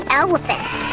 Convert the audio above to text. elephants